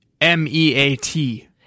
M-E-A-T